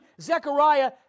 Zechariah